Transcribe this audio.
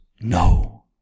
No